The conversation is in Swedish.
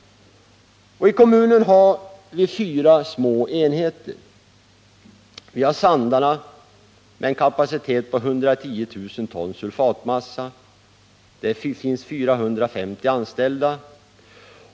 Vi har fyra små enheter inom kommunen: Det är först Sandarne med en kapacitet på 110 000 ton sulfatmassa. Där finns 450 anställda.